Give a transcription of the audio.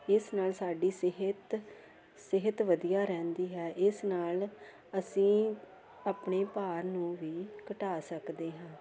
ਇਸ ਨਾਲ ਸਾਡੀ ਸਿਹਤ ਸਿਹਤ ਵਧੀਆ ਰਹਿੰਦੀ ਹੈ ਇਸ ਨਾਲ ਅਸੀਂ ਆਪਣੇ ਭਾਰ ਨੂੰ ਵੀ ਘਟਾ ਸਕਦੇ ਹਾਂ